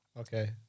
Okay